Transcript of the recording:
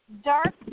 dark